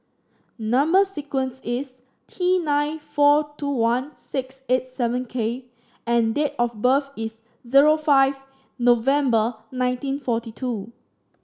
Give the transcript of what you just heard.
number sequence is T nine four two one six eight seven K and date of birth is zero five November nineteen forty two